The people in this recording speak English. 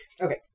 Okay